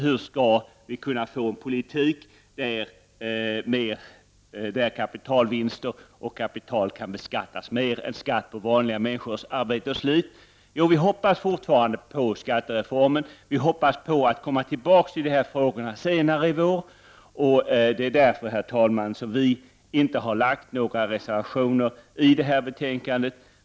Hur skall vi kunna få en politik som beskattar kapitalvinster och kapital högre än vanliga människors arbete och slit? Jo, vi hoppas fortfarande på skattereformen, vi hoppas kunna komma tillbaka till dessa frågor senare i vår. Det är därför, herr talman, som vi inte — Prot. 1989/90:95 har fogat några reservationer till betänkandet.